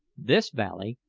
this valley,